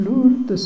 Lord